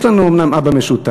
יש לנו אומנם אבא משותף,